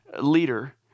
leader